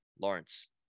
Lawrence